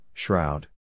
shroud